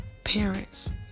Parents